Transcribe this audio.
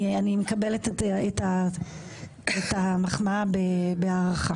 אני מקבלת את המחמאה בהערכה.